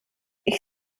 ich